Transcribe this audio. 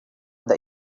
that